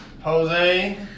Jose